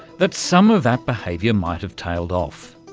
that some of that behaviour might've tailed off.